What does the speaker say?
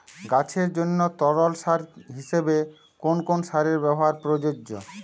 গাছের জন্য তরল সার হিসেবে কোন কোন সারের ব্যাবহার প্রযোজ্য?